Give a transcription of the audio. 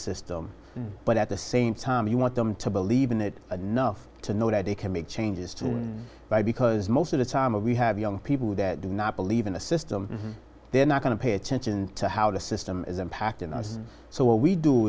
system but at the same time you want them to believe in it enough to know that they can make changes to buy because most of the time we have young people who do not believe in the system they're not going to pay attention to how the system is impacting us so w